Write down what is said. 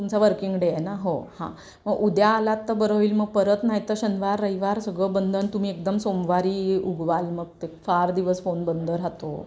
तुमचा working day आहे ना हो हां मग उद्या आलात तर बरं होईल मग परत नाही तर शनिवार रविवार सगळं बंद न तुम्ही एकदम सोमवारी उगवाल मग ते फार दिवस फोन बंद राहतो